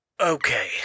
Okay